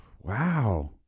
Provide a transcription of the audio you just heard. Wow